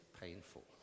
painful